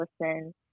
listen